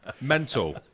Mental